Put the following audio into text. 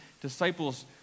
disciples